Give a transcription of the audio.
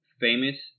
famous